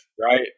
right